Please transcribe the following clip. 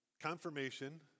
confirmation